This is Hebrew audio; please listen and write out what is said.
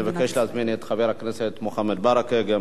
אני מבקש להזמין את חבר הכנסת מוחמד ברכה,